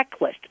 checklist